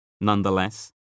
nonetheless